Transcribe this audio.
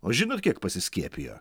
o žinot kiek pasiskiepijo